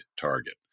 target